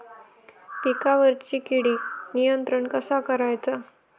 पिकावरची किडीक नियंत्रण कसा करायचा?